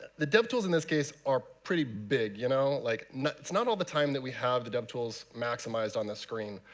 the dev tools in this case are pretty big. you know like it's not all the time that we have the dev tools maximized on the screen.